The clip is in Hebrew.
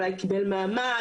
אולי קיבל מעמד,